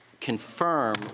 confirm